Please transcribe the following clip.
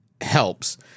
helps